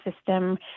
system